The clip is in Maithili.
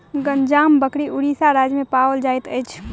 गंजाम बकरी उड़ीसा राज्य में पाओल जाइत अछि